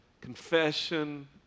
confession